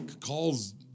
calls